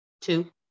Two